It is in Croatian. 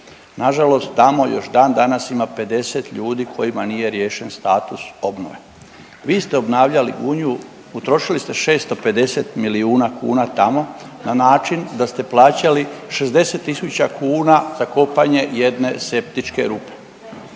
Nažalost tamo još dan danas ima 50 ljudi kojima nije riješen status obnove. Vi ste obnavljali Gunju, utrošili ste 650 milijuna kuna tamo na način da ste plaćali 60 tisuća kuna za kopanje jedne septičke rupe.